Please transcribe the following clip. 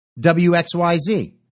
WXYZ